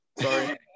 Sorry